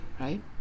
Right